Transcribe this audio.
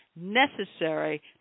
necessary